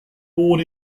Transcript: born